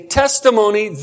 testimony